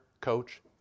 coach